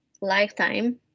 lifetime